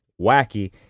wacky